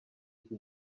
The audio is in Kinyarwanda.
iki